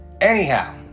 Anyhow